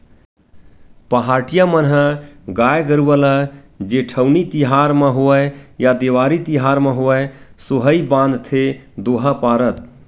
पहाटिया मन ह गाय गरुवा ल जेठउनी तिहार म होवय या देवारी तिहार म होवय सोहई बांधथे दोहा पारत